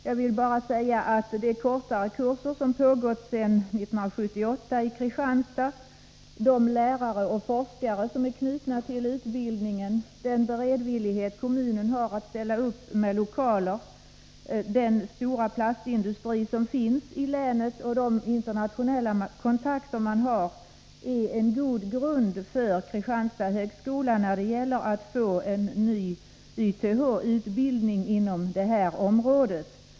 Jag vill bara säga att de kortare kurser som pågått sedan 1978 i Kristianstad, med de lärare och forskare som är knutna till utbildningen, den beredvillighet kommunen visar att ställa upp med lokaler, den stora plastindustri som finns i länet och de internationella kontakter man har är en god grund för högskolan i Kristianstad när det gäller att få en ny YTH-utbildning inom det här området.